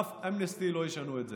אף אמנסטי לא ישנה את זה.